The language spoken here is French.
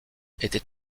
était